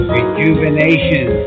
Rejuvenation